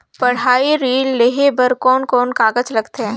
पढ़ाई ऋण लेहे बार कोन कोन कागज लगथे?